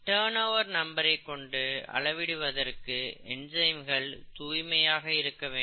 turn over number கொண்டு அளவிடுவதற்கு என்சைம்கள் தூய்மையாக இருக்கவேண்டும்